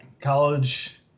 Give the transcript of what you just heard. college